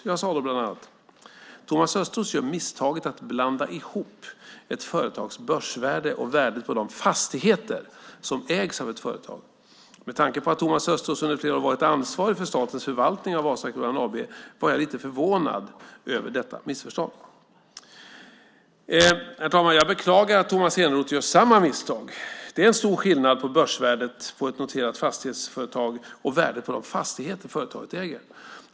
Jag sade då bland annat: Thomas Östros gör misstaget att blanda ihop ett företags börsvärde och värdet på de fastigheter som ägs av ett företag. Med tanke på att Thomas Östros under flera år varit ansvarig för statens förvaltning av Vasakronan AB var jag lite förvånad över detta missförstånd. Herr talman! Jag beklagar att Tomas Eneroth gör samma misstag. Det är en stor skillnad på börsvärdet på ett noterat fastighetsföretag och värdet på de fastigheter företaget äger.